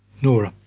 nora,